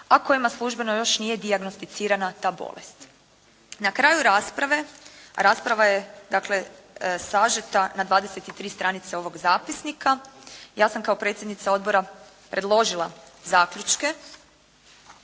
a kojima još službeno nije dijagnosticirana ta bolest. Na kraju rasprave, a rasprava je dakle sažeta na 23 stranice ovog zapisnika. Ja sam kao predsjednica odbora predložila zaključke